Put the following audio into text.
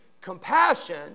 compassion